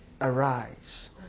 arise